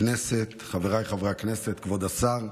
חבריי חברי הכנסת, כבוד השר,